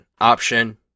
option